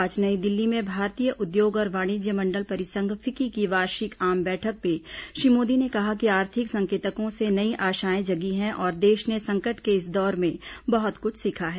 आज नई दिल्ली में भारतीय उद्योग और वाणिज्य मण्डल परिसंघ फिक्की की वार्षिक आम बैठक में श्री मोदी ने कहा कि आर्थिक संकेतकों से नयी आशाएं जगी हैं और देश ने संकट के इस दौर में बहुत कुछ सीखा है